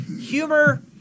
humor